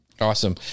Awesome